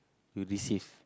you've received